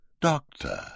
Doctor